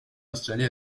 installé